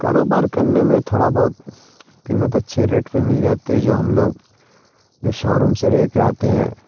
کاروبار کرنے میں تھوڑا بہت قیمت اچھے ریٹ پہ مل جاتی ہے جو ہم لوگ جو شو روم سے لے کے آتے ہیں